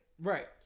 Right